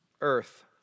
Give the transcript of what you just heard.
earth